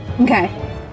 okay